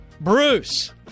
Bruce